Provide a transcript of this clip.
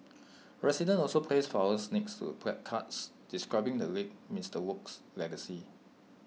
residents also placed flowers next to placards describing the late Mister Wok's legacy